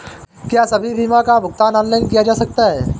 क्या सभी बीमा का भुगतान ऑनलाइन किया जा सकता है?